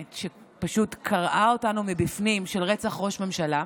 שפשוט קרעה אותנו מבפנים של רצח ראש ממשלה.